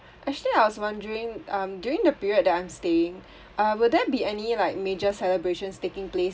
actually I was wondering um during the period that I'm staying uh will there be any like major celebrations taking place